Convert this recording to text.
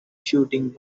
shooting